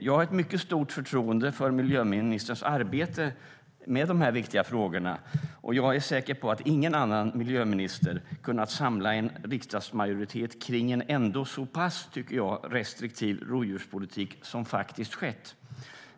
Jag har mycket stort förtroende för miljöministerns arbete med de här viktiga frågorna, och jag är säker på att ingen annan miljöminister hade kunnat samla en riksdagsmajoritet kring en så pass, tycker jag, restriktiv rovdjurspolitik.